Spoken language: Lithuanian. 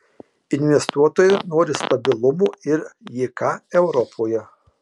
investuotojai nori stabilumo ir jk europoje